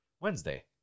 Wednesday